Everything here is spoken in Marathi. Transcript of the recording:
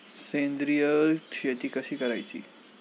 सेंद्रिय शेती कशी करायची?